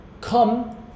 come